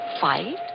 Fight